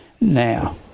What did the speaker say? Now